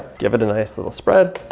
give it a nice little spread.